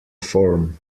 form